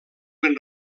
ben